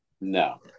no